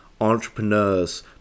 entrepreneurs